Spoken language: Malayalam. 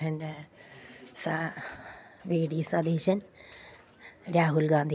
പിന്നെ വി ഡി സതീശൻ രാഹുൽ ഗാന്ധി